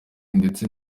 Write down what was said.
ndetse